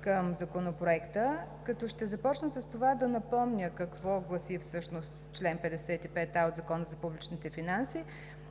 към Законопроекта. Ще започна с това да напомня какво гласи всъщност чл. 55а от Закона за публичните финанси,